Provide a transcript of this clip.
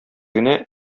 генә